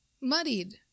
muddied